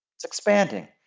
it's expanding.